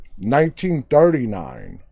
1939